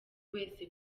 wese